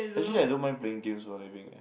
actually I don't mind playing games for a living eh